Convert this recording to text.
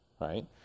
right